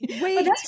Wait